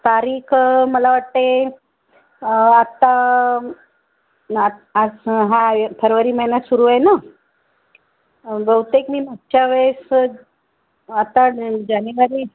तारीख मला वाटते आत्ता आ आज हां फरवरी महिना सुरू आहे ना बहुतेक मी मागच्या वेळेस आत्ता जानेवारी